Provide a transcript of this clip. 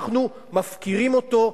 הפעם אנחנו מדברים על המשטרה.